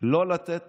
לכיוון של לא לתת